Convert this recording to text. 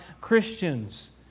Christians